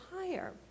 higher